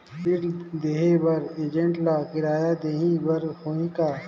ऋण देहे बर एजेंट ला किराया देही बर होही का?